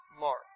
mark